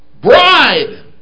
bride